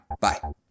Bye